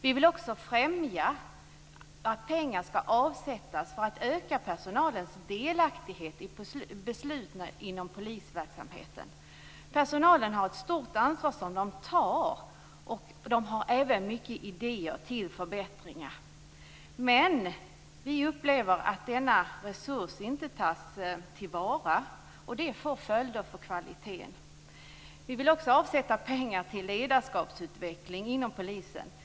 Vi vill också främja att pengar avsätts för att öka personalens delaktighet i beslut inom polisverksamheten. Personalen har ett stort ansvar som de också tar, och de har även många idéer till förbättringar. Men vi upplever att denna resurs inte tas till vara, vilket får följder för kvaliteten. Vi vill också avsättas pengar till ledarskapsutveckling inom polisen.